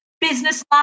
business